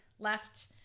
left